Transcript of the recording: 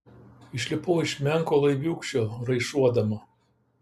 išlipau iš menko laiviūkščio raišuodama